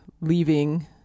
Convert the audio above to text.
leaving